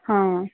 ହଁ